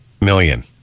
million